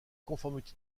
conformité